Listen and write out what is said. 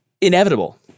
inevitable